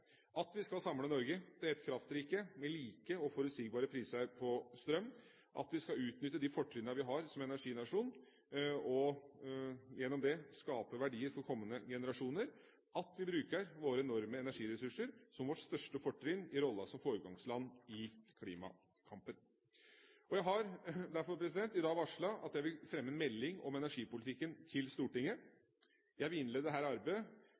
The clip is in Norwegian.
at vi skal samle Norge til ett kraftrike med like og forutsigbare priser på strøm at vi skal utnytte de fortrinn vi har som energinasjon, og gjennom det skape verdier for kommende generasjoner at vi bruker våre enorme energiressurser som vårt største fortrinn i rollen som foregangsland i klimakampen Jeg har i dag derfor varslet at jeg vil fremme en melding om energipolitikken til Stortinget. Jeg vil innlede dette arbeidet